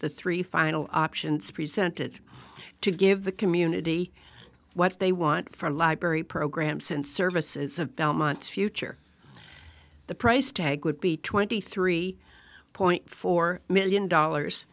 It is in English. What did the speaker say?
the three final options presented to give the community what they want from library program since services of belmont future the price tag would be twenty three point four million dollars